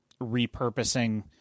repurposing